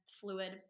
fluid